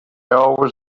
always